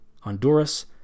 Honduras